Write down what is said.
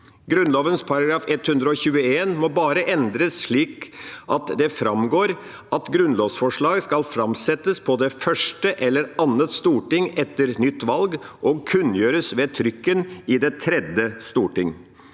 Grunnloven § 121 må bare endres slik at det framgår at grunnlovsforslaget skal framsettes på det første eller annet storting etter et nytt valg og kunngjøres ved trykken i det tredje storting.